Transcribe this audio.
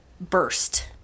burst